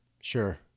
Sure